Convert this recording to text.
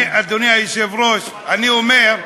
אדוני היושב-ראש, אני אומר,